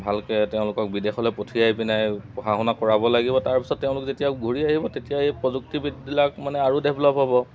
ভালকৈ তেওঁলোকক বিদেশলৈ পঠিয়াই পিনাই পঢ়া শুনা কৰাব লাগিব তাৰপিছত তেওঁলোক যেতিয়া ঘূৰি আহিব তেতিয়া এই প্ৰযুক্তিবিদবিলাক মানে আৰু ডেভলপ হ'ব